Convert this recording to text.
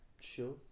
sure